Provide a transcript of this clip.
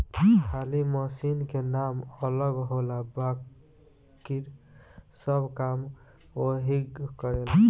खाली मशीन के नाम अलग होला बाकिर सब काम ओहीग करेला